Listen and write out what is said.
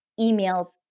Email